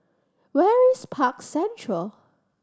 where is Park Central